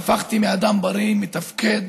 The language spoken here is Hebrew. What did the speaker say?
והפכתי מאדם בריא, מתפקד